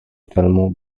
filmu